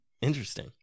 Interesting